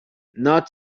not